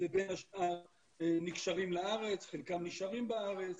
ובין השאר נקשרים לארץ, חלקם נשארים בארץ.